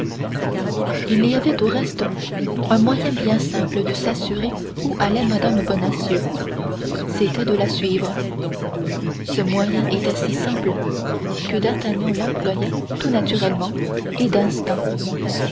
il y avait au reste un moyen bien simple de s'assurer où allait mme bonacieux c'était de la suivre ce moyen était si simple que d'artagnan l'employa tout naturellement et d'instinct